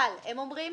אבל מנגד הם אומרים,